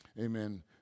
Amen